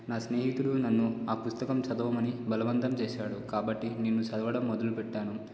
నా స్నేహితుడు నన్ను ఆ పుస్తకం చదవమని బలవంతం చేసాడు కాబట్టి నేను చదవడం మొదలుపెట్టాను